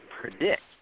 predict